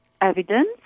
evidence